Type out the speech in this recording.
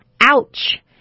Ouch